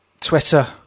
Twitter